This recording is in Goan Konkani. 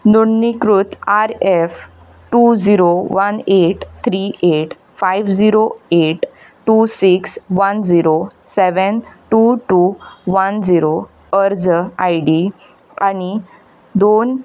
नोण्णीकृत R F two zero one eight three eight five zero eight two six one zero seven two two one zero अर्ज आय डी आनी दोन